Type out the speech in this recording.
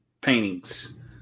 paintings